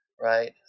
right